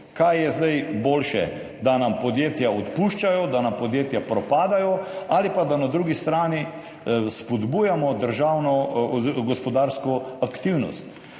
kaj je zdaj boljše, da podjetja odpuščajo, da nam podjetja propadajo ali pa da na drugi strani spodbujamo gospodarsko aktivnost?